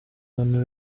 abantu